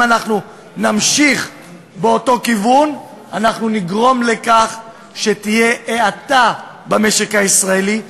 אם נמשיך באותו כיוון נגרום לכך שתהיה האטה במשק הישראלי.